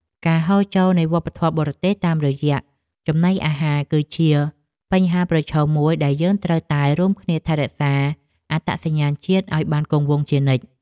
ការហូរចូលនៃវប្បធម៌បរទេសតាមរយៈចំណីអាហារ គឺជាបញ្ហាប្រឈមមួយដែលយើងត្រូវតែរួមគ្នាថែរក្សាអត្តសញ្ញាណជាតិឲ្យបានគង់វង្សជានិច្ច។